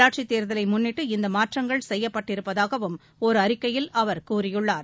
உள்ளாட்சித் தேர்தலை முன்னிட்டு இந்த மாற்றங்கள் செய்யப்பட்டிருப்பதாகவும் ஒரு அறிக்கையில் அவர் கூறியுள்ளார்